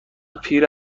پیر